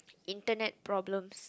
Internet problems